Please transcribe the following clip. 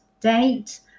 date